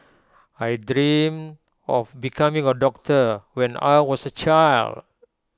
I dreamt of becoming A doctor when I was A child